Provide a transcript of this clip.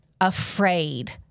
afraid